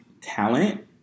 talent